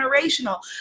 generational